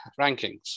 rankings